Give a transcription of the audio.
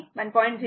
तर i ∞ 1